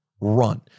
run